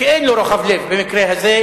כי אין לו רוחב לב במקרה הזה,